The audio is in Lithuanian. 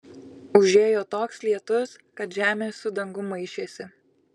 užėjo toks lietus kad žemė su dangum maišėsi